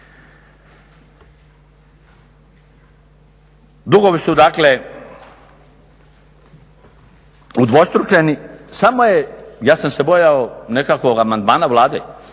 Dugovi su dakle udvostručeni, samo je ja sam se bojao nekakvog amandmana Vlade